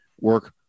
work